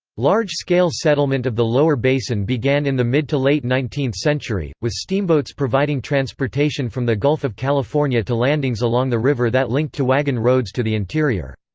large-scale settlement of the lower basin began in the mid to late nineteenth century, with steamboats providing transportation from the gulf of california to landings along the river that linked to wagon roads to the interior.